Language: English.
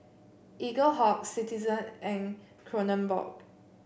Eaglehawk Citizen and Kronenbourg